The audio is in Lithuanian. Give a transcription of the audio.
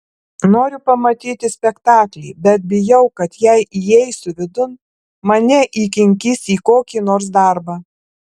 noriu pamatyti spektaklį bet bijau kad jei įeisiu vidun mane įkinkys į kokį nors darbą